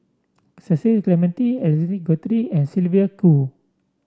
Cecil Clementi and Sylvia Kho